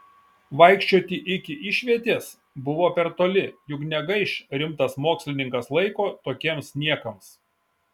vaikščioti iki išvietės buvo per toli juk negaiš rimtas mokslininkas laiko tokiems niekams